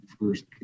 first